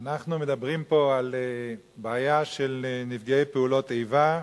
אנחנו מדברים פה על בעיה של נפגעי פעולות איבה,